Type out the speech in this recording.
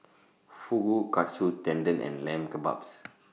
Fugu Katsu Tendon and Lamb Kebabs